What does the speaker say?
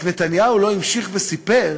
רק נתניהו לא המשיך וסיפר